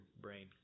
brain